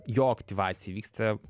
jo aktyvacija vyksta